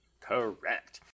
correct